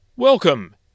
Welcome